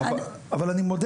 אני מודה